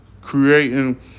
creating